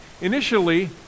Initially